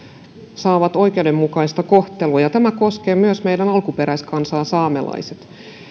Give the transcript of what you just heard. saavat oikeudenmukaista kohtelua tämä koskee myös meidän alkuperäiskansaa saamelaisia